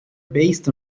based